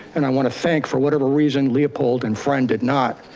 and i wanna thank for whatever reason leopold and friend did not.